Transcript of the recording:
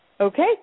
Okay